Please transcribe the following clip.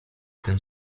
tym